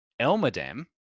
Elmadam